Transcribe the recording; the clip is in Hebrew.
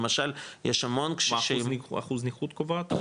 למשל יש המון קשישים --- אחוז נכות קובעת,